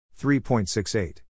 3.68